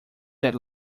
that